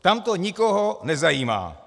Tam to nikoho nezajímá.